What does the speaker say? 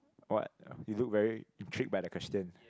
what you look very intrigued by the question